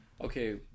Okay